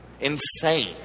insane